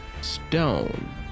stone